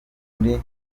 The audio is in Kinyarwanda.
muri